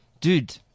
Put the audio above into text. dude